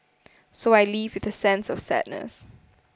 so I leave with a sense of sadness